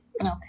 Okay